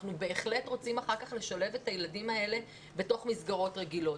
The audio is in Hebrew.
אנחנו בהחלט רוצים אחר כך לשלב את הילדים האלה בתוך מסגרות רגילות.